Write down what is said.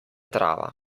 trava